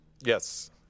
Yes